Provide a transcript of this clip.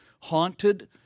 haunted